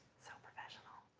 so professional.